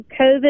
covid